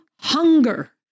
hunger